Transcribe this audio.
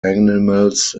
animals